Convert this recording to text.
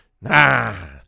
nah